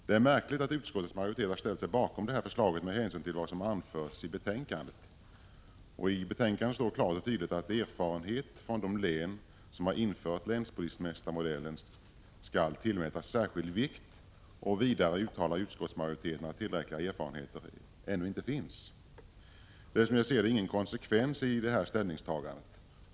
Det är märkligt att utskottets majoritet har ställt sig bakom detta förslag med tanke på vad som anförts i betänkandet. I detta står klart och tydligt att erfarenhet från de län som har infört länspolismästarmodellen skall tillmätas särskild vikt. Vidare uttalar utskottsmajoriteten att tillräckliga erfarenheter inte finns ännu. Det är som jag ser det ingen konsekvens i ställningstagandet.